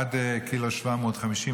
עד 1.750 ק"ג,